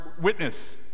witness